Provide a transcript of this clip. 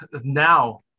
Now